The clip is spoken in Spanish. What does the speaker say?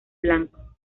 blanco